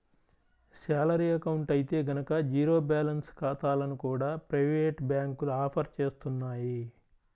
salary account అయితే గనక zero balance ఖాతాలను కూడా ప్రైవేటు బ్యాంకులు ఆఫర్ చేస్తున్నాయి